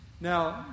Now